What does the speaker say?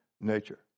nature